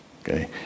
Okay